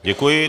Děkuji.